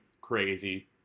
crazy